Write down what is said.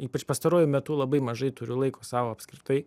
ypač pastaruoju metu labai mažai turiu laiko sau apskritai